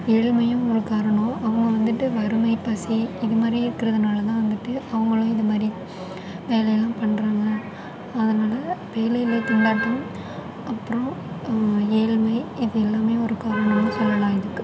ஏழ்மையும் ஒரு காரணம் அவங்க வந்துட்டு வறுமை பசி இது மாதிரி இருக்குறதுனால் தான் வந்துட்டு அவுங்களும் இது மாதிரி வேலை எல்லாம் பண்ணுறாங்க அதனால் வேலையில்லாத திண்டாட்டம் அப்புறம் ஏழ்மை இது எல்லாமே ஒரு காரணம் சொல்லலாம் இதுக்கு